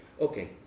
okay